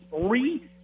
three